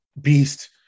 beast